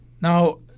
Now